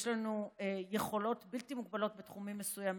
יש לנו יכולות בלתי מוגבלות בתחומים מסוימים.